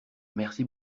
merci